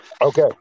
Okay